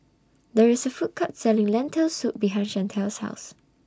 There IS A Food Court Selling Lentil Soup behind Shantel's House